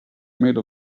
made